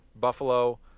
Buffalo